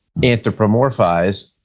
anthropomorphize